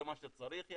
זה מה שצריך?